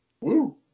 Woo